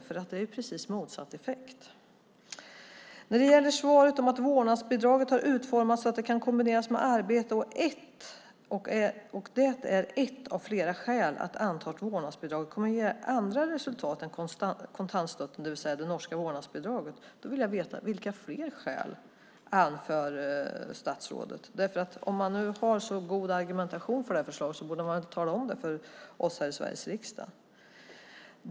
Det har ju precis motsatt effekt. I svaret står det att vårdnadsbidraget har "utformats så att det kan kombineras med arbete, och det är ett av flera skäl att anta att vårdnadsbidraget kommer att ge andra resultat än kontantstøtten ", det vill säga det norska vårdnadsbidraget. Då vill jag veta: Vilka fler skäl anför statsrådet? Om man nu har så god argumentation för det här förslaget borde man tala om det för oss här i Sveriges riksdag.